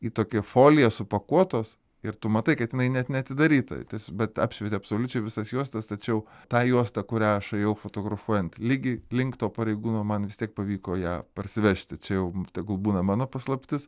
į tokią foliją supakuotos ir tu matai kad jinai net neatidaryta ties bet apšvietė absoliučiai visas juostas tačiau tą juostą kurią aš ėjau fotografuojant ligi link to pareigūno man vis tiek pavyko ją parsivežti čia jau tegul būna mano paslaptis